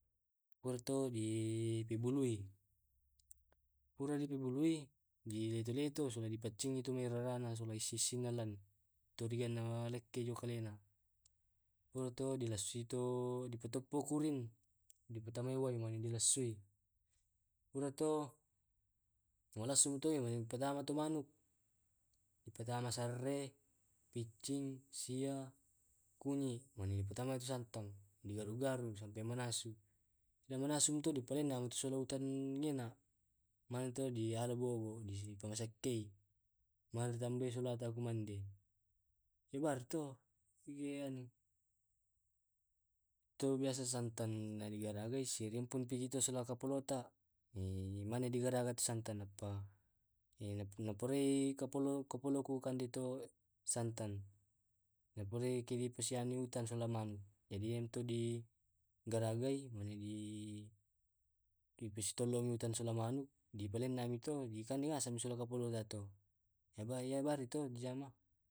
Pura to di pabului, pura di pabului di leto leto sura dipaccingi tu arona sola sissina lan. Turigana leke jo kalena, pura to dilassui to di patoppo kurin, dipatamai wai mane dipalassui, pura to malassu to dipatama tu manuk, dipatama sarre, piccing, sia, kunyi, mani dipatama tu santan digaru garu sampe manasu. Iyamanasumi to di palennemi sola utan ngena mane to dialam bobo, dipanisatting na di tambai sulata kumande. Ebare to ianu itu biasa santan na digaragai sirimpun pi tu sola kapolota eh mane di garaga tu santan nappa ko purai kapolo kapoloku kande to santan. Napole ki sianu utan sila ma anu, jadi iyamtu digaragai mane dipatollomi utan silang anu dipalennemi tu dikande ngaseng mi sola kapolota to iya bari to dijamah.